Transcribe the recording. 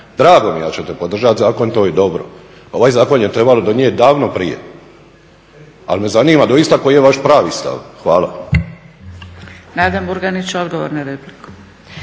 Drago mi je da ćete podržat zakon, to je dobro. Ovaj zakon je trebalo donijeti davno prije, ali me zanima doista koji je vaš pravi stav. Hvala.